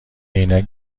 عینک